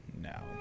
now